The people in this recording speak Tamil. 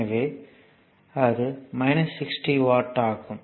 எனவே அது 60 வாட் ஆகும்